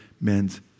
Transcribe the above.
men's